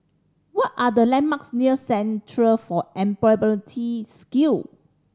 what are the landmarks near Centre for Employability Skill